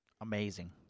Amazing